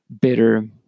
bitter